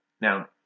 Now